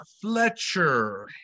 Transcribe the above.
Fletcher